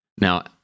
Now